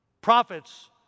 prophets